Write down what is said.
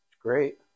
great